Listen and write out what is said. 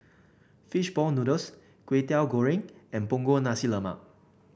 fish ball noodles Kwetiau Goreng and Punggol Nasi Lemak